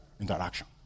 interaction